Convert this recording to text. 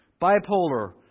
bipolar